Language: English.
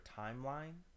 timeline